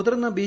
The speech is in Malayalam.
മുതിർന്ന ബി